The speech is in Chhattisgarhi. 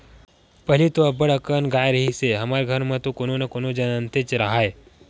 पहिली तो अब्बड़ अकन गाय रिहिस हे हमर घर म त कोनो न कोनो ह जमनतेच राहय